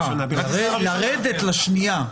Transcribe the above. לרדת לשנייה.